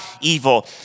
evil